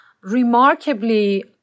remarkably